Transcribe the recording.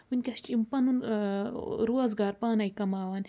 وٕنۍکٮ۪س چھِ یِم پنُن روزگار پانَے کماوان